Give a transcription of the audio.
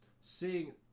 seeing